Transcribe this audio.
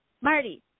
Marty